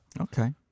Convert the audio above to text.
okay